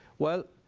well,